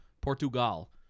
portugal